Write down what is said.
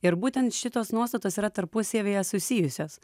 ir būtent šitos nuostatos yra tarpusavyje susijusios